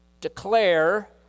Declare